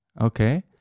Okay